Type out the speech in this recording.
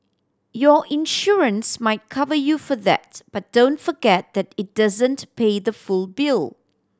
your insurance might cover you for that but don't forget that it doesn't pay the full bill